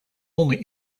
only